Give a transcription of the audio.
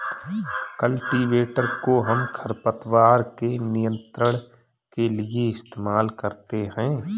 cultivator कोहम खरपतवार के नियंत्रण के लिए इस्तेमाल करते हैं